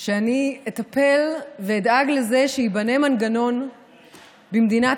לפני שהגעתי לכנסת שאני אטפל ואדאג לזה שייבנה מנגנון במדינת